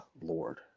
Lord